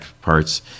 parts